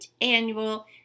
annual